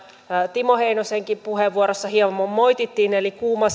timo heinosenkin puheenvuorossa hieman moitittiin eli kuuma